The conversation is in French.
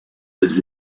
elles